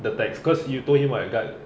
the text cause you told him what guard texted you